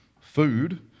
food